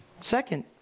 Second